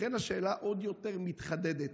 לכן השאלה עוד יותר מתחדדת.